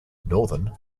northern